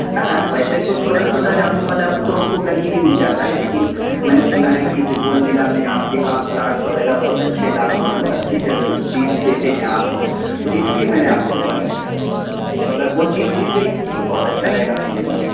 ہے نا ویسے تو چھوٹا چھوٹا جامن والا ہے وہ تو ہم کو کہیں بھی مل جاتا ہے لیکن میں نے سنا ہے کہ سپول جلع میں آپ کے یہاں پلانٹس وغیرہ بہت اچھے دام مطلب اچھی جگہ چیز دیتے ہیں آپ تو اس لیے میں نے آپ کو کال کیا ہے تو اگر وہ چیز مل گئی تو بہت اچھا رہے گا میرے لیے